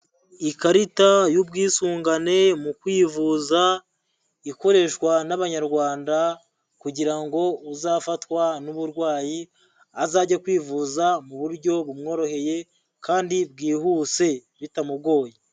Ikarita y'ubwisungane mu kwivuza, ikoreshwa n'abanyarwanda kugira ngo uzafatwa n'uburwayi, azajye kwivuza mu buryo bumworoheye kandi bwihuse bitamugoye.